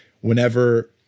whenever